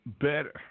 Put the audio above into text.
better